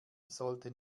sollte